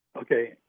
Okay